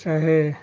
चाहे